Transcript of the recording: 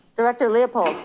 director leopold,